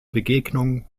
begegnung